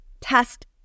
test